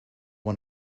one